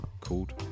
called